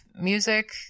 music